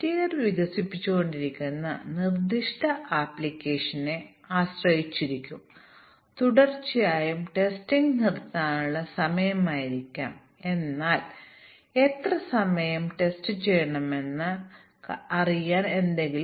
error debug ചെയ്യാനോ localise ചെയ്യാനോ വളരെ ബുദ്ധിമുട്ടാണ് അതിനാൽ ഒരു ടെസ്റ്റ് കേസ് കൃത്യമായി എവിടെയാണ് ബഗ് എന്ന് കണ്ടെത്തുന്നതിൽ പരാജയപ്പെട്ടുകഴിഞ്ഞാൽ ഡീബഗ്ഗിംഗ് പ്രക്രിയ വളരെ ചെലവേറിയതായിത്തീരുന്നു